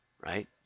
right